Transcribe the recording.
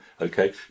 okay